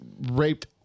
raped